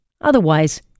Otherwise